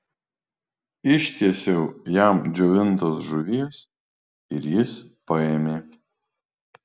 ištiesiau jam džiovintos žuvies ir jis paėmė